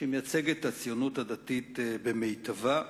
שמייצגת את הציונות הדתית במיטבה,